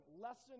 lesson